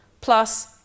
plus